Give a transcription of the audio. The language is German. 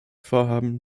vorhaben